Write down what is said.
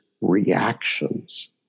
reactions